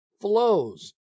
flows